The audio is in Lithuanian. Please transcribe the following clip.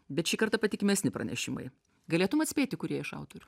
bet šį kartą patikimesni pranešimai galėtum atspėti kurie iš autorių